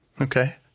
Okay